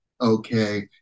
Okay